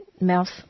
mouth